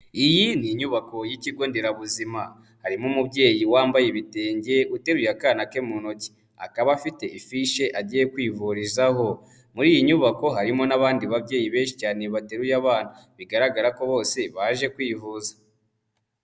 Iyi ni inyubako y'ikigo nderabuzima, harimo umubyeyi wambaye ibitenge, uteruye akana ke mu ntoki, akaba afite ifishi agiye kwivurizaho, muri iyi nyubako harimo n'abandi babyeyi benshi cyane bateruye abana, bigaragara ko bose baje kwivuza.